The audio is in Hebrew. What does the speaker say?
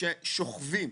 ששוכבים,